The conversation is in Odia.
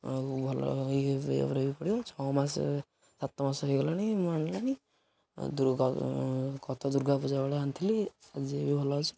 ଆଉ ଭଲ ଇାବରେ ବି ପଡ଼ିବ ଛଅ ମାସ ସାତ ମାସ ହେଇଗଲାଣି ମୁଁ ଆଣିଲାଣି ଆଉ ଦୁର୍ଗା କତ ଦୁର୍ଗା ପୂଜା ବେଳେ ଆଣିଥିଲି ଆଜି ବି ଭଲ ଅଛି